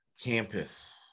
campus